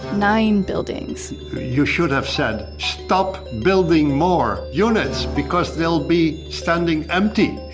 nine buildings you should have said, stop building more units because they'll be standing empty.